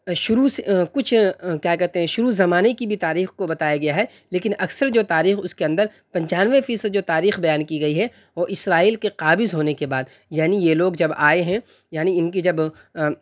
شروع کچھ کیا کہتے ہیں شروع زمانے کی بھی تاریخ کو بتایا گیا ہے لیکن اکثر جو تاریخ اس کے اندر پچانوے فیصد جو تاریخ بیان کی گئی ہے وہ اسرائیل کے قابض ہونے کے بعد یعنی یہ لوگ جب آئے ہیں یعنی ان کی جب